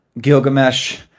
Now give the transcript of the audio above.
Gilgamesh